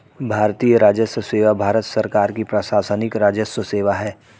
भारतीय राजस्व सेवा भारत सरकार की प्रशासनिक राजस्व सेवा है